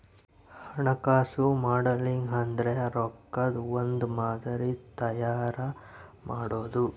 ಹಣಕಾಸು ಮಾಡೆಲಿಂಗ್ ಅಂದ್ರೆ ರೊಕ್ಕದ್ ಒಂದ್ ಮಾದರಿ ತಯಾರ ಮಾಡೋದು